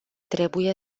trebuie